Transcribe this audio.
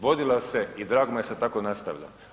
Vodila se i drago mi je da tako nastavlja.